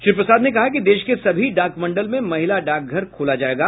श्री प्रसाद ने कहा कि देश के सभी डाक मंडल में महिला डाकघर खोला जायेगा